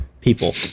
people